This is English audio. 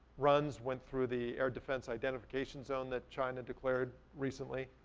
runs went through the air defense identification zone that china declared recently.